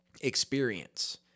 experience